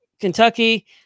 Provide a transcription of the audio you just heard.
Kentucky